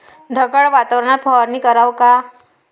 ढगाळ वातावरनात फवारनी कराव का?